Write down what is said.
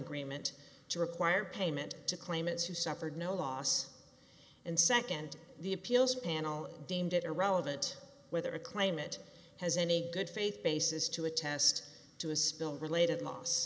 agreement to require payment to claimants who suffered no loss and second the appeals panel deemed it irrelevant whether a claim it has any good faith basis to attest to a spill related loss